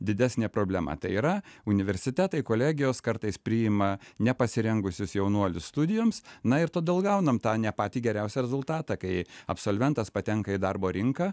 didesnė problema tai yra universitetai kolegijos kartais priima nepasirengusius jaunuolius studijoms na ir todėl gauname tą ne patį geriausią rezultatą kai absolventas patenka į darbo rinką